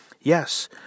Yes